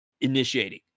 initiating